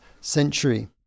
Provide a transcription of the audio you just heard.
century